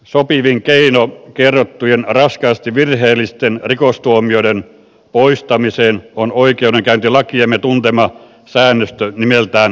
sopivin keino kerrottujen raskaasti virheellisten rikostuomioiden poistamiseen on oikeudenkäyntilakiemme tuntema säännöstö nimeltään tuomionpurku